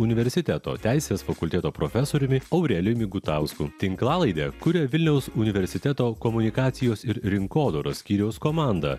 universiteto teisės fakulteto profesoriumi aurelijumi gutausku tinklalaidę kuria vilniaus universiteto komunikacijos ir rinkodaros skyriaus komanda